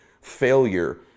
failure